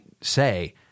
say